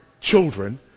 children